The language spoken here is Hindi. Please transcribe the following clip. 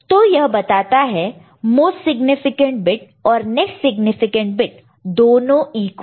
तो यह बताता है मोस्ट सिग्निफिकेंट बिट और नेक्स्ट सिग्निफिकेंट बिट दोनों इक्वल है